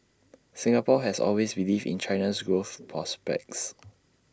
Singapore has always believed in China's growth prospects